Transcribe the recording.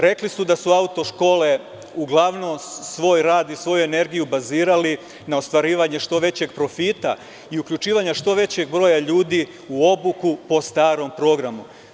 Rekli su da su auto škole uglavnom svoj rad i svoju energiju bazirali na ostvarivanju što većeg profita i uključivanja što većeg broja ljudi u obuku po starom programu.